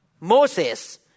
Moses